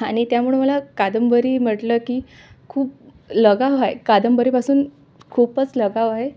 हा त्यामुळं मला कादंबरी म्हटलं की खूप लगाव आहे कादंबरीपासून खूपच लगाव आहे